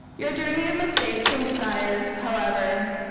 your journey of mistakes and desires, however,